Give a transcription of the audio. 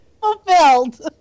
fulfilled